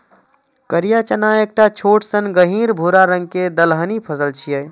करिया चना एकटा छोट सन गहींर भूरा रंग के दलहनी फसल छियै